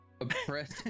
oppressed